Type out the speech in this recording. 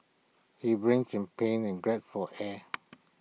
he writhed in pain and gasped for air